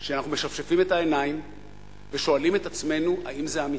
שאנחנו משפשפים את העיניים ושואלים את עצמנו אם זה אמיתי.